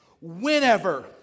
whenever